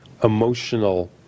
Emotional